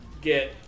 get